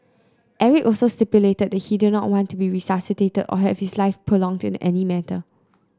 Eric also stipulated that he did not want to be resuscitated or have his life prolonged in any manner